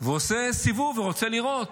עושה סיבוב ורוצה לראות.